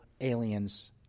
aliens